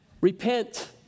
Repent